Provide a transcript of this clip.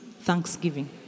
thanksgiving